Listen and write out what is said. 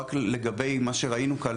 רק לגבי מה שראינו כאן,